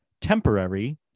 Temporary